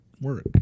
work